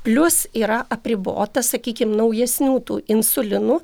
plius yra apribota sakykim naujesnių tų insulinų